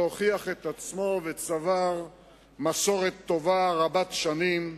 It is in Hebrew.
שהוכיח את עצמו וצבר מסורת טובה ורבת שנים,